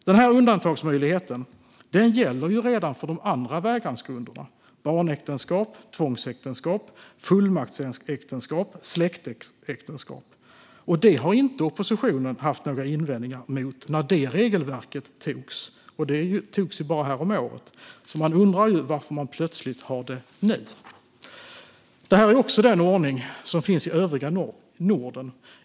Denna undantagsmöjlighet gäller ju redan för de andra vägransgrunderna - barnäktenskap, tvångsäktenskap, fullmaktsäktenskap och släktäktenskap - och oppositionen hade inga invändningar mot detta när det regelverket antogs, vilket skedde bara häromåret. Man undrar därför varför oppositionen plötsligt har invändningar nu. Detta är också den ordning som finns i övriga Norden.